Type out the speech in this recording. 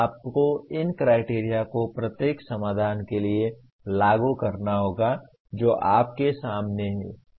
आपको इन क्राइटेरिया को प्रत्येक समाधान के लिए लागू करना होगा जो आपके सामने हैं